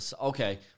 Okay